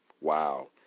Wow